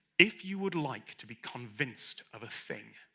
if you would like to be convinced of a thing,